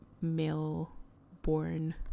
male-born